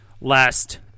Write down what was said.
last